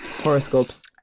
horoscopes